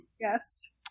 Yes